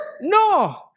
No